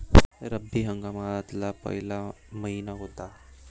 रब्बी हंगामातला पयला मइना कोनता?